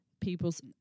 people's